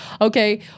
Okay